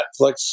Netflix